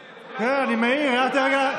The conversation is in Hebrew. איתן, יש שם עוד כמה כאלה.